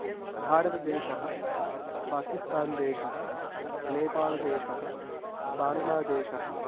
भारतदेशः पाकिस्तान्देशः नेपाळदेशः बाङ्ग्लादेशः